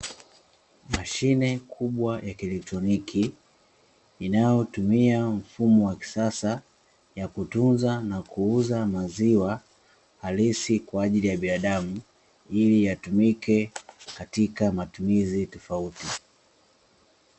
Mashine kubwa ya kielektroniki inayotumia mfumo wa kisasa ya kutunza na kuuza maziwa halisi kwa ajili ya binadamu ili yatumike katika matumizi tofauti.